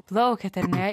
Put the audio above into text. plaukėt ar ne